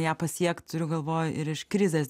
ją pasiekt turiu galvoj ir iš krizės